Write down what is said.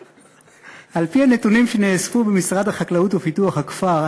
על-פי הנתונים שנאספו במשרד החקלאות ופיתוח הכפר,